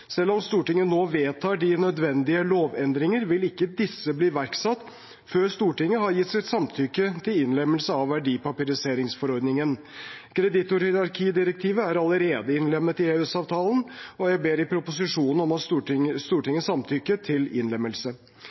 Selv om Stortinget nå vedtar de nødvendige lovendringer, vil ikke disse bli iverksatt før Stortinget har gitt sitt samtykke til innlemmelse av verdipapiriseringsforordningen. Kreditorhierarkidirektivet er allerede innlemmet i EØS-avtalen, og jeg ber i proposisjonen om Stortingets samtykke til innlemmelse. Verdipapirisering innebærer konvertering av banklån til